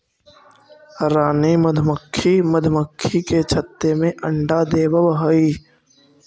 रानी मधुमक्खी मधुमक्खी के छत्ते में अंडा देवअ हई